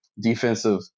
defensive